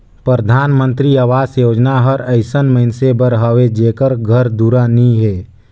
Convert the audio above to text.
परधानमंतरी अवास योजना हर अइसन मइनसे बर हवे जेकर घर दुरा नी हे